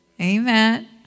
Amen